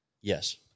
Yes